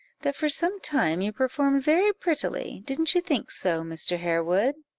that for some time you performed very prettily didn't you think so, mr. harewood?